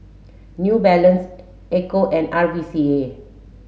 New Balance Ecco and R V C A